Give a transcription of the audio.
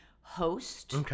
host